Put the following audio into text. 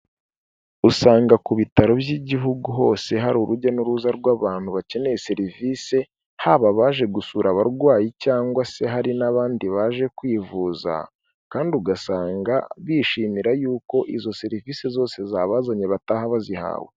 Usanga ku bitaro by'igihugu hose hari urujya n'uruza rw'abantu bakeneye serivise, haba abaje gusura abarwayi cyangwa se hari n'abandi baje kwivuza kandi ugasanga bishimira yuko izo serivise zose zabazanye bataha bazihawe.